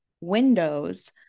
windows